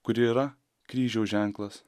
kuri yra kryžiaus ženklas